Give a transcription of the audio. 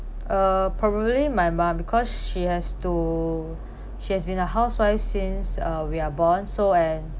uh probably my mom because she has to she has been a housewife since uh we are born so and